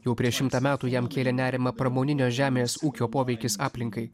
jau prieš šimtą metų jam kėlė nerimą pramoninio žemės ūkio poveikis aplinkai